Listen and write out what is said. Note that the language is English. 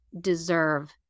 deserve